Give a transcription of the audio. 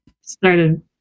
started